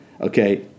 Okay